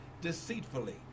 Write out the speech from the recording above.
deceitfully